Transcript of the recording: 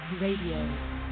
Radio